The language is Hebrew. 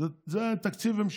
זה תקציב המשכי.